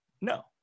No